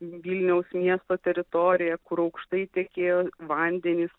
vilniaus miesto teritorijoje kur aukštai tekėjo vandenys